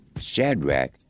Shadrach